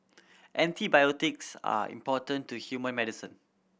antibiotics are important to human medicine